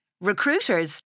Recruiters